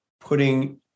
putting